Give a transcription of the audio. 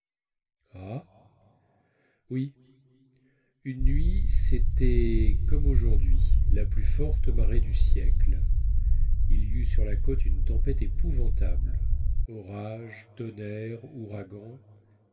oui une nuit cétait comme aujourdhui la plus forte marée du siècle il y eut sur la côte une tempête épouvantable orage tonnerre ouragan